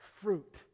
fruit